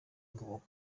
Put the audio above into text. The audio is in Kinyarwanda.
inkomoko